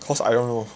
cause I don't know